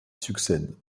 succède